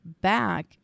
back